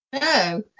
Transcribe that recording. No